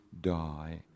die